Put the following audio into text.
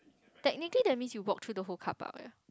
technically that means you walk through the whole car park leh